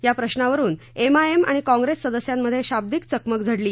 या प्रश्नावरून M I M आणि काँग्रेस सदस्यांमध्ये शाब्दिक चकमक झडली